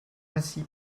ainsi